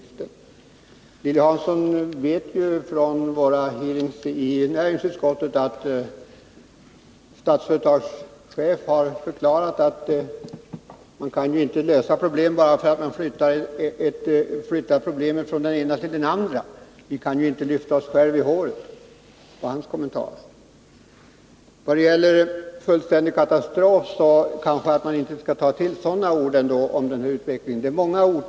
Men Lilly Hansson vet ju från våra hearings i näringsutskottet att Statsföretags chef har förklarat att man inte kan lösa problemen genom att flytta dem från den ena till den andra. Vi kan ju inte lyfta oss själva i håret, var hans kommentar. Sedan talar Lilly Hansson om att det blir fullständig katastrof i Hörnefors. Men man kanske inte skall ta till sådana ord om den här utvecklingen. Det kan lätt försvåra läget.